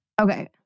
Okay